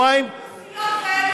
בשבועיים יש עוד אוכלוסיות כאלה,